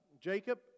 Jacob